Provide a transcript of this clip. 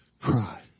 cry